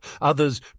others